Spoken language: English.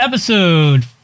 Episode